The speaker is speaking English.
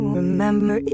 remember